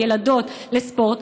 ילדות לספורט,